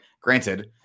granted